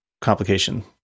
complication